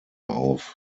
auf